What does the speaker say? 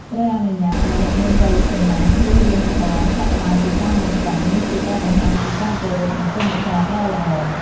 ត្រូវអនុញ្ញាតឱ្យអ្នកមានវ័យចំណាស់ ឬរៀមច្បងចាប់ផ្ដើមពិសារមុនសិន នេះជាការបង្ហាញពីការគោរព និងគុណធម៌ដ៏ល្អ។